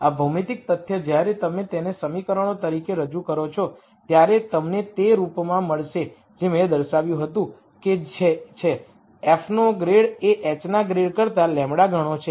આ ભૌમિતિક તથ્ય જ્યારે તમે તેને સમીકરણો તરીકે રજૂ કરો છો ત્યારે તમને તે રૂપમાં મળશે જે મેં દર્શાવ્યું હતું કે જે છે f નો ગ્રેડ એ h ના ગ્રેડ કરતા λ ગણો છે